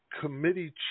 committee